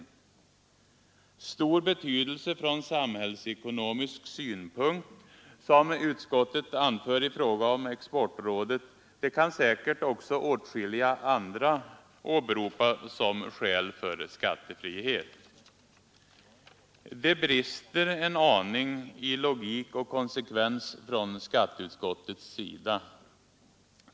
Argumentet ”stor betydelse från samhällsekonomisk synpunkt”, som utskottet anför i fråga om Exportrådet, kan säkert också åtskilliga andra åberopa som skäl för skattefrihet. Det brister en aning i logik och konsekvens från skatteutskottets sida.